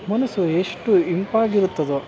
ಮನಸ್ಸು ಎಷ್ಟು ಇಂಪಾಗಿರುತ್ತದೋ